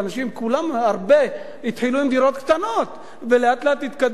הרבה התחילו עם דירות קטנות ולאט-לאט התקדמו,